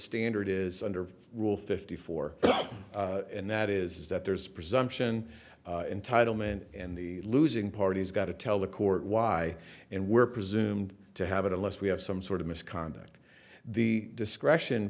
standard is under rule fifty four and that is that there's a presumption entitlement and the losing party has got to tell the court why and we're presumed to have it unless we have some sort of misconduct the discretion